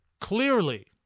clearly